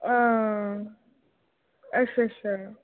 हांआं अच्छा अच्छा